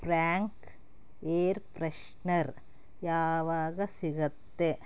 frank air freshener ಯಾವಾಗ ಸಿಗುತ್ತೆ